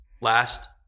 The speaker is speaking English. Last